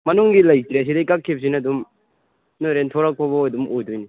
ꯃꯅꯨꯡꯒꯤ ꯂꯩꯇ꯭ꯔꯦ ꯁꯤꯗꯩ ꯀꯛꯈꯤꯕꯁꯤꯅ ꯑꯗꯨꯝ ꯅꯣꯏ ꯍꯣꯔꯦꯟ ꯊꯣꯂꯛꯄꯐꯥꯎ ꯑꯗꯨꯝ ꯑꯣꯏꯗꯣꯏꯅꯦ